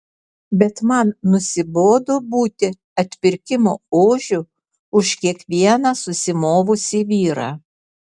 bet man nusibodo būti atpirkimo ožiu už kiekvieną susimovusį vyrą